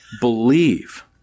believe